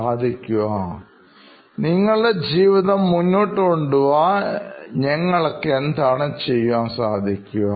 എങ്ങനെയാണ് നിങ്ങളുടെ ജീവിതം കൂടുതൽ നല്ല രീതിയിൽ മുന്നോട്ടു കൊണ്ടുപോവാൻ ഞങ്ങൾക്ക് സഹായിക്കാൻ സാധിക്കുക